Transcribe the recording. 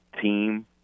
team